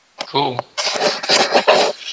Cool